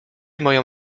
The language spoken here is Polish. moją